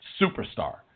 superstar